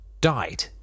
died